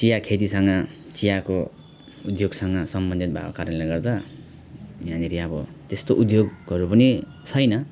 चिया खेतीसँग चियाको उद्योगसँग सम्बन्धित भएको कारणले गर्दा यहाँनेरि अब त्यस्तो उद्योगहरू पनि छैन